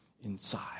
inside